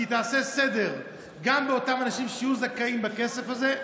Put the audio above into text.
כי היא תעשה סדר גם אצל אותם אנשים שיהיו זכאים לכסף הזה.